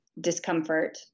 discomfort